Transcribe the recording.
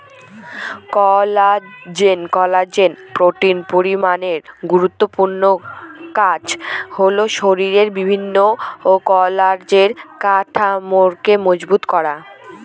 collagen protein পরিবারের গুরুত্বপূর্ণ কাজ হল শরীরের বিভিন্ন কলার কাঠামোকে মজবুত করা